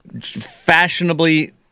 fashionably